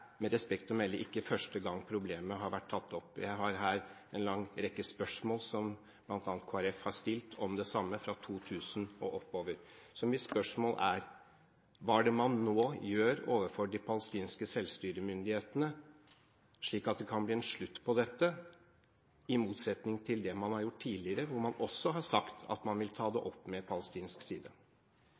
problemet har vært tatt opp. Jeg har her en lang rekke spørsmål som bl.a. Kristelig Folkeparti har stilt om det samme, fra 2000 og fremover. Mitt spørsmål er: Hva gjør man nå overfor de palestinske selvstyremyndighetene for at det kan bli en slutt på dette, i motsetning til det man har gjort tidligere, da man også har sagt at man vil ta det opp med palestinsk side?